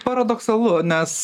paradoksalu nes